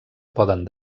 poden